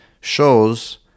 shows